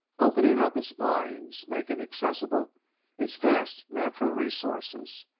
opening up its mines, making accessible its vast natural resources.